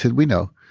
and we know,